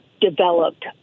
developed